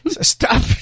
Stop